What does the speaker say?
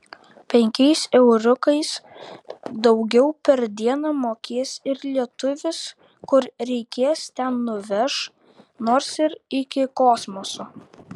penkiais euriukais daugiau per dieną mokės ir lietuvis kur reikės ten nuveš nors ir iki kosmoso